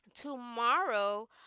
Tomorrow